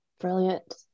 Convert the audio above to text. brilliant